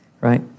right